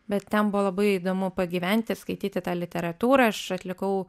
bet ten buvo labai įdomu pagyventi ir skaityti tą literatūrą aš atlikau